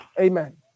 Amen